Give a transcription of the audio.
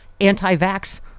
anti-vax